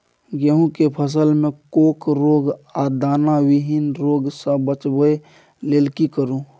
गेहूं के फसल मे फोक रोग आ दाना विहीन रोग सॅ बचबय लेल की करू?